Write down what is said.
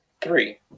Three